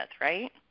right